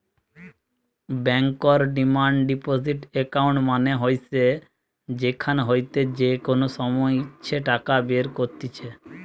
বেঙ্কর demand deposit account মানে হইসে যেখান হইতে যে কোনো সময় ইচ্ছে টাকা বের কত্তিছে